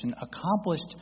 accomplished